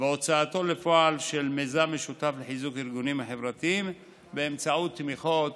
והוצאתו לפועל של מיזם משותף לחיזוק הארגונים החברתיים באמצעות תמיכות